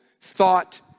thought